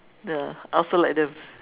ya I also like them